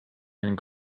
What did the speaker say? and